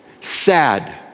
sad